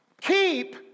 keep